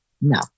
No